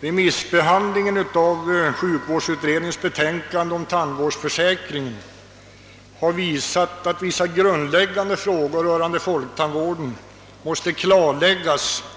Remissbehandlingen av sjukförsäkringsutredningens betänkande om tandvårdsförsäkring visade att vissa grundläggande frågor rörande folktandvården måste klarläggas.